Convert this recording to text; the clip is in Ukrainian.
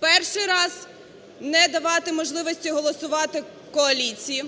Перший раз – не давати можливості голосувати коаліції.